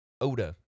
ODA